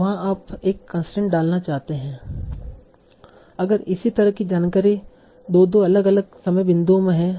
तो वहाँ आप एक कंसट्रेंट डालना चाहते हैं अगर इसी तरह की जानकारी 2 2 अलग अलग समय बिंदुओं में है